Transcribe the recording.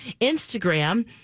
Instagram